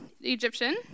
Egyptian